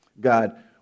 God